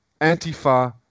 Antifa